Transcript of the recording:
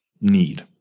need